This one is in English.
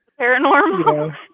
paranormal